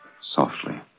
softly